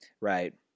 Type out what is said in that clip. Right